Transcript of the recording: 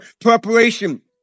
preparation